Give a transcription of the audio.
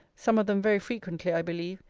some of them very frequently, i believe,